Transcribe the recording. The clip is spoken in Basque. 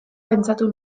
pentsatu